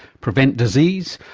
prevent disease,